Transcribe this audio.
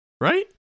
right